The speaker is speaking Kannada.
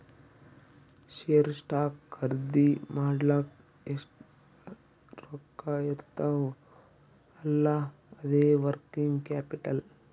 ಶೇರ್, ಸ್ಟಾಕ್ ಖರ್ದಿ ಮಾಡ್ಲಕ್ ಎಷ್ಟ ರೊಕ್ಕಾ ಇರ್ತಾವ್ ಅಲ್ಲಾ ಅದೇ ವರ್ಕಿಂಗ್ ಕ್ಯಾಪಿಟಲ್